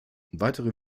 weitere